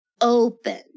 open